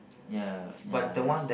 ya ya nice